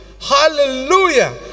hallelujah